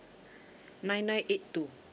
nine nine eight two